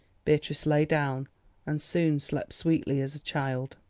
beatrice lay down and soon slept sweetly as a child.